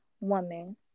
woman